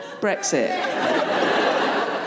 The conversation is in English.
Brexit